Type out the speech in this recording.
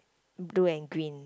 blue and green